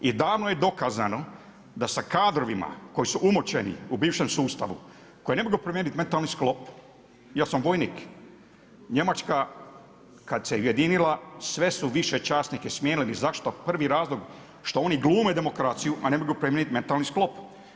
I davno je dokazano da sa kadrovima koji su umočeni u bivšem sustavu, koji ne mogu promijeniti mentalni sklop, ja sam vojnik, Njemačka kada se i ujedinila sve su više časnike smijenili, ni zašto, prvi razlog što oni glume demokraciju a ne mogu promijeniti mentalni sklop.